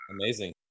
amazing